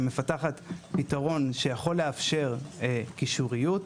שמפתחת פתרון שיכול לאפשר קישוריות.